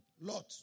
Lord